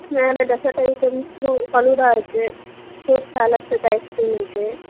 வேறு dessert item falooda இருக்குது fruit salad with ice cream இருக்குது